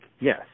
yes